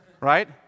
Right